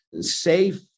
safe